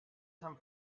sant